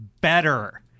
better